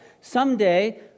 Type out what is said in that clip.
someday